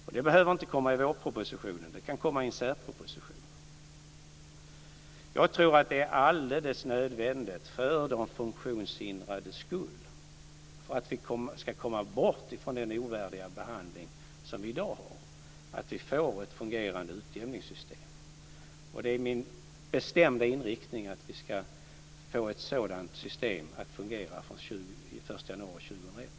Och det behöver inte komma i vårpropositionen. Det kan komma i en särproposition. Jag tror att det är alldeles nödvändigt för de funktionshindrades skull och för att vi ska komma bort från den ovärdiga behandling som de i dag utsätts för att vi får ett fungerande utjämningssystem. Det är min bestämda inriktning att vi ska få ett sådant system att fungera från den 1 januari 2001.